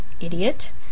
Idiot